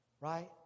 Right